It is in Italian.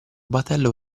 battello